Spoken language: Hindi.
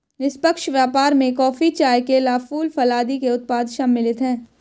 निष्पक्ष व्यापार में कॉफी, चाय, केला, फूल, फल आदि के उत्पाद सम्मिलित हैं